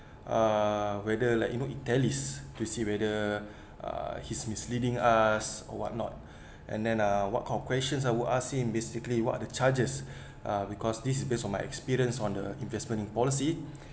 uh whether like you know italics to see whether he's misleading us or what not and then err what calculations I will ask him basically what the charges because this based on my experience on the investment in policy